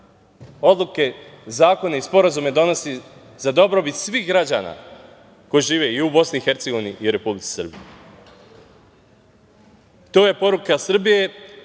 odluke, zakone i sporazume donosi za dobrobit svih građana koji žive i u Bosni i Hercegovini i Republici Srbiji. To je poruka Srbije